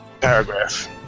paragraph